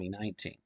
2019